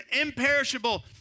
imperishable